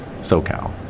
SoCal